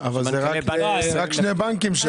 אבל זה רק שני בנקים.